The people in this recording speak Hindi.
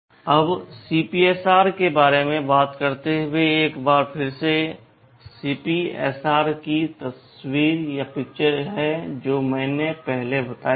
अब CPSR के बारे में बात करते हुए एक बार फिर यह CPSR की तस्वीर है जो मैंने पहले बताई थी